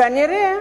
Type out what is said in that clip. כנראה